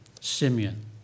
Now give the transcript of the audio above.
Simeon